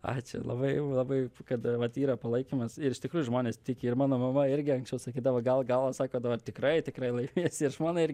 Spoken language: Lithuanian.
ačiū labai labai kad vat yra palaikymas ir iš tikrųjų žmonės tiki ir mano mama irgi anksčiau sakydavo gal gal o sako dabar tikrai tikrai laimėsi ir žmona irgi